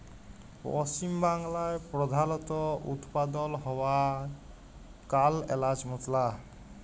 পশ্চিম বাংলায় প্রধালত উৎপাদল হ্য়ওয়া কাল এলাচ মসলা